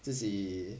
自己